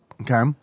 Okay